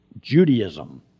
Judaism